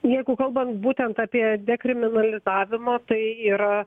jeigu kalbant būtent apie dekriminalizavimą tai yra